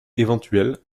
éventuel